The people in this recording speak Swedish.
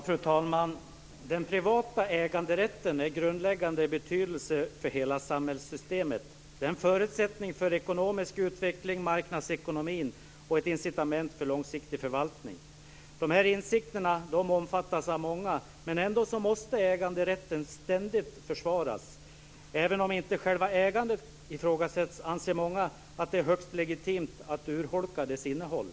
Fru talman! Den privata äganderätten är av grundläggande betydelse för hela samhällssystemet. Det är en förutsättning för ekonomisk utveckling, marknadsekonomin och ett incitament för långsiktig förvaltning. De här insikterna omfattas av många. Ändå måste äganderätten ständigt försvaras. Även om inte själva ägandet ifrågasätts anser många att det är högst legitimt att urholka dess innehåll.